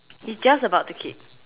he's just about to keep